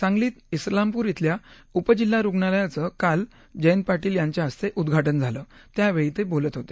सांगलीत इस्लामपूर इथल्या उपजिल्हा रुग्णालयाचं काल जयंत पाटील यांच्या हस्ते उद्घाटन झालं त्यावेळी ते बोलत होते